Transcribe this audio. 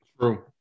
True